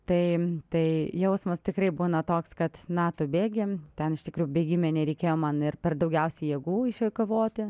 tai tai jausmas tikrai būna toks kad na tu bėgi ten iš tikrųjų bėgime nereikėjo man ir per daugiausiai jėgų išeikvoti